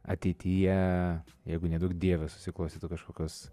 ateityje jeigu neduok dieve susiklostytų kažkokios